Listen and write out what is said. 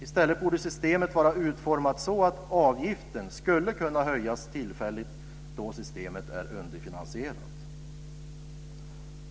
I stället borde systemet vara utformat så att avgiften skulle kunna höjas tillfälligt då systemet är underfinansierat.